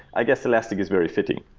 i guess elastic is very fitting.